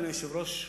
אדוני היושב-ראש,